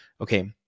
Okay